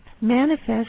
manifest